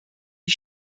die